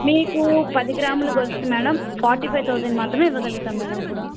మీకు పది గ్రాముల గొలుసుకి మేడం ఫోర్టీ ఫైవ్ థౌజండ్ మాత్రమే ఇవ్వగలుగుతాము మేడం ఇప్పుడు